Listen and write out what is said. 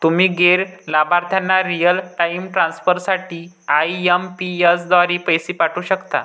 तुम्ही गैर लाभार्थ्यांना रिअल टाइम ट्रान्सफर साठी आई.एम.पी.एस द्वारे पैसे पाठवू शकता